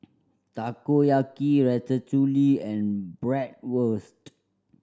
Takoyaki Ratatouille and Bratwurst